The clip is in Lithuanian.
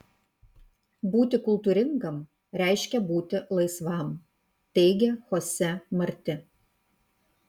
būti kultūringam reiškia būti laisvam teigia chose marti